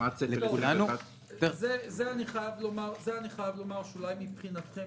אני חייב לומר שזה אולי הישג מבחינתכם